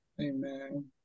Amen